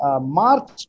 March